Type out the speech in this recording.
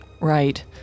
Right